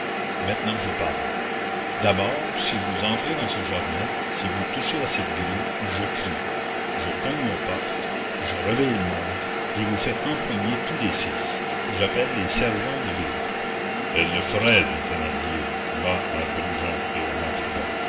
maintenant je parle d'abord si vous entrez dans ce jardin si vous touchez à cette grille je crie je cogne aux portes je réveille le monde je vous fais empoigner tous les six j'appelle les sergents de ville elle le ferait dit thénardier bas à brujon et au